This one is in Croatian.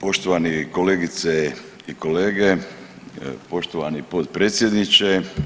Poštovane kolegice i kolege, poštovani potpredsjedniče.